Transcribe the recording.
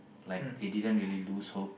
like they didn't really lose hope